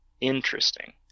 Interesting